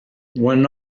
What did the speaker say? one